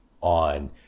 on